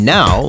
Now